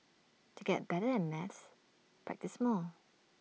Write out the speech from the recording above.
to get better at maths practise more